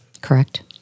Correct